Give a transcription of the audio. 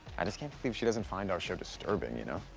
i just can't believe she doesn't find our show disturbing, you know.